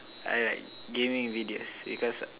I like gaming videos because